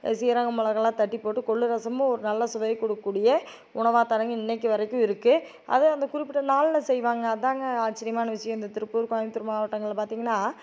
சீரகம் மிளகெல்லாம் தட்டி போட்டு கொள்ளு ரசமும் ஒரு நல்ல சுவையை கொடுக்கக்கூடிய உணவாக தான்ங்க இன்றைக்கு வரைக்கும் இருக்குது அது அந்த குறிப்பிட்ட நாளில் செய்வாங்க அதான்ங்க ஆச்சரியமான விஷயம் இந்த திருப்பூர் கோயம்புத்தூர் மாவட்டங்களில் பார்த்திங்கன்னா